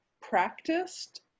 practiced